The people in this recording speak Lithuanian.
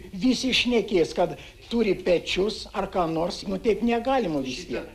visi šnekės kad turi pečius ar ką nors nu taip negalima vis tiek